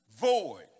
void